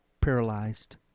paralyzed